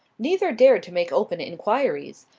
neither dared to make open inquiries,